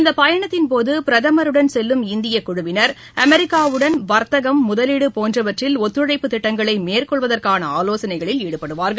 இந்தப் பயணத்தின் போது பிரதமருடன் செல்லும் இந்தியக் குழுவினர் அமெரிக்காவுடன் வர்த்தகம் முதலீடு போன்றவற்றில் ஒத்துழைப்புத் திட்டங்களை மேற்கொள்வதற்கான ஆவோசனைகளில் ஈடுபடுவார்கள்